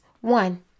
One